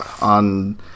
on